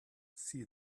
see